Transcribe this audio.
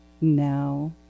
now